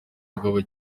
mugabo